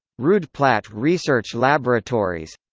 roodeplaat research laboratories